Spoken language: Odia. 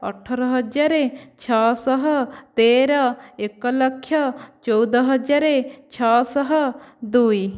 ଅଠର ହଜାର ଛଅଶହ ତେର ଏକ ଲକ୍ଷ ଚଉଦ ହଜାର ଛଅଶହ ଦୁଇ